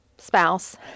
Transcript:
spouse